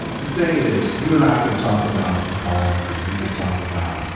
the thing is, you and i could talk about golf and we could talk about